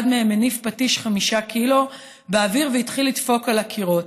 אחד מהם הניף פטיש חמישה קילו באוויר והחל לדפוק על הקירות.